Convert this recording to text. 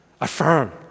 affirm